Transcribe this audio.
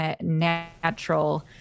natural